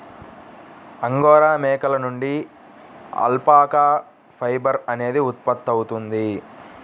angora మేకల నుండి alpaca fibre అనేది ఉత్పత్తవుతుంది